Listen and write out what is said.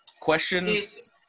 questions